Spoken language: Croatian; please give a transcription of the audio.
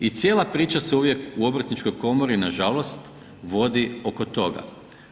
I cijela priča se uvijek u obrtničkoj komori nažalost vodi oko toga.